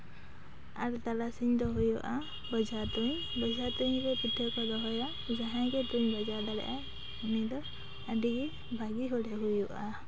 ᱟᱨ ᱛᱟᱨᱟᱥᱤᱧ ᱫᱚ ᱦᱩᱭᱩᱜᱼᱟ ᱵᱚᱡᱷᱟ ᱛᱩᱧ ᱵᱚᱡᱷᱟ ᱛᱩᱧᱨᱮ ᱯᱤᱴᱷᱟᱹ ᱠᱚ ᱫᱚᱦᱚᱭᱟ ᱡᱟᱦᱟᱸᱭ ᱜᱮ ᱛᱩᱧ ᱵᱟᱡᱟᱣ ᱫᱟᱲᱮᱭᱟᱜᱼᱟᱭ ᱩᱱᱤ ᱫᱚ ᱟᱹᱰᱤ ᱜᱮ ᱵᱷᱟᱜᱮ ᱦᱚᱲᱮᱭ ᱦᱩᱭᱩᱜᱼᱟ